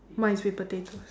mine is with potatoes